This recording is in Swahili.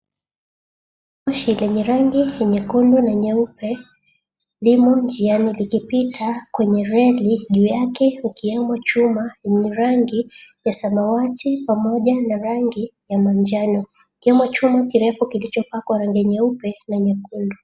Yenye rangi nyekundu na nyeupe limo njiani likipita kwenye reli juu yake ikiwemo chuma yenye rangi ya samawati pamoja na rangi ya manjano. Kimo chuma kirefu kilichopakwa rangi nyeupe na nyekundu.